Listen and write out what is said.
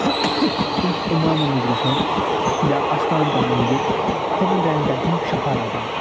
تِم چھِ اِمامَن نِش گَژھان یا اَستان کران وِزِٹ تِمَن جایَن کیاہ چھِ تِم شَفا رَٹان